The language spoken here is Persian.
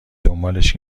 دنبالش